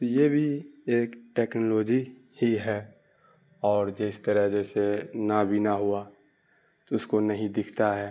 تو یہ بھی ایک ٹیکنالوجی ہی ہے اور جس طرح جیسے نابینا ہوا تو اس کو نہیں دکھتا ہے